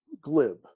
glib